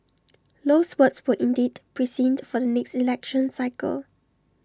Low's words were indeed prescient for the next election cycle